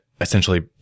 essentially